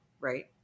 right